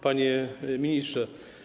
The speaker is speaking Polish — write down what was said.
Panie Ministrze!